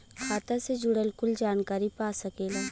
खाता से जुड़ल कुल जानकारी पा सकेला